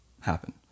happen